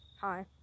Hi